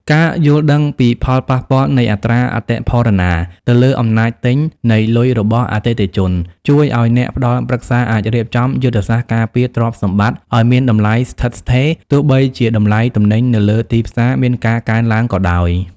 ការយល់ដឹងពីផលប៉ះពាល់នៃអត្រាអតិផរណាទៅលើអំណាចទិញនៃលុយរបស់អតិថិជន ជួយឱ្យអ្នកផ្ដល់ប្រឹក្សាអាចរៀបចំយុទ្ធសាស្ត្រការពារទ្រព្យសម្បត្តិឱ្យមានតម្លៃស្ថិតស្ថេរ ទោះបីជាតម្លៃទំនិញនៅលើទីផ្សារមានការកើនឡើងក៏ដោយ។